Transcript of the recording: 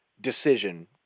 decision